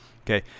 okay